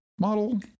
model